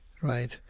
right